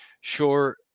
sure